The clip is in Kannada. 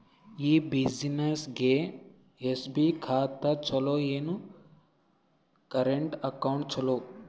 ಈ ಬ್ಯುಸಿನೆಸ್ಗೆ ಎಸ್.ಬಿ ಖಾತ ಚಲೋ ಏನು, ಕರೆಂಟ್ ಅಕೌಂಟ್ ಚಲೋ?